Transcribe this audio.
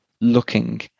looking